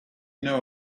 know